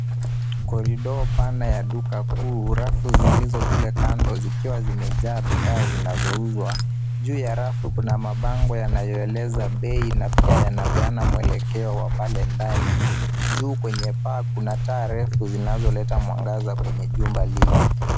Korido pana ya duka kuu, rafu zilizo kule kando zikiwa zimejaa bidhaa zinazouzwa. Juu ya rafu kuna mabango yanayoeleza bei na pia yanapeana mweleko ya pale ndani. Juu kwenye paa kuna taa refu zinazoleta mwangaza kwenye jumba lile.